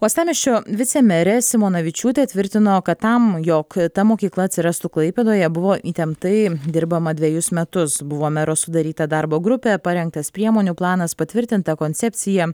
uostamiesčio vicemerė simonavičiūtė tvirtino kad tam jog ta mokykla atsirastų klaipėdoje buvo įtemptai dirbama dvejus metus buvo mero sudaryta darbo grupė parengtas priemonių planas patvirtinta koncepcija